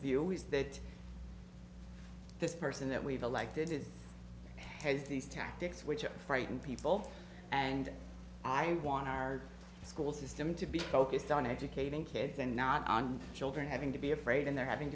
view is that this person that we've elected has these tactics which are frightened people and i want our school system to be focused on educating kids and not on children having to be afraid and they're having